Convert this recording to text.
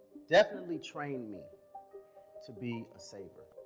definitely trained me to be a saver.